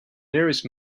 nearest